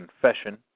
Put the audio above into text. confession